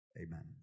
Amen